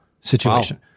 situation